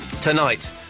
tonight